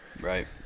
right